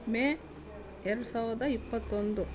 ಮೇ ಎರಡು ಸಾವಿರದ ಇಪ್ಪತ್ತೊಂದು